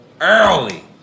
early